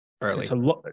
early